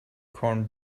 corned